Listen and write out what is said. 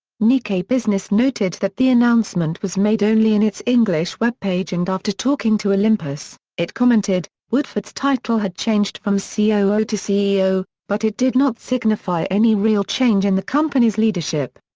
nikkei business noted that the announcement was made only in its english web page and after talking to olympus, it commented woodford's title had changed from coo to ceo, but it did not signify any real change in the company's leadership.